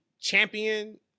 champion